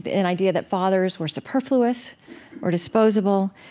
an idea that fathers were superfluous or disposable.